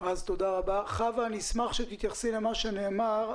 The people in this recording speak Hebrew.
חוה, אני אשמח להתייחסות לדברים שנאמרו.